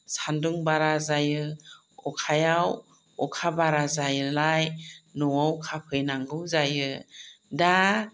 सान्दुं बारा जायो अखायाव अखा बारा जायोलाय न'आव खाफैनांगौ जायो दा